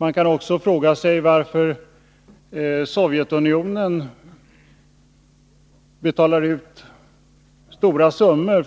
Man kan också fråga sig varför Sovjetunionen betalar ut stora summor,